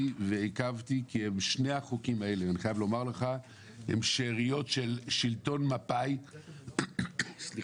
ועיכבתי כי שתי הצעות החוק האלה הן שאריות של שלטון מפא"י והמונופולים